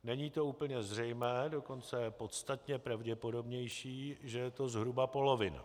Není to úplně zřejmé, dokonce je podstatně pravděpodobnější, že je to zhruba polovina.